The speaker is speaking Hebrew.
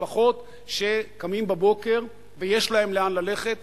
שקמים בבוקר ויש להם לאן ללכת,